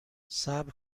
صبر